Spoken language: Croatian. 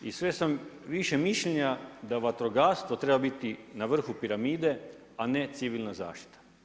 I sve sam više mišljenja da vatrogastvo treba biti na vrhu piramide a ne civilna zaštita.